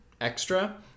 Extra